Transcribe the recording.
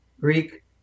Greek